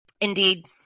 Indeed